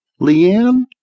Leanne